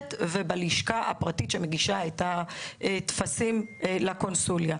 בעובדת ובלשכה הפרטית שמגישה את הטפסים לקונסוליה.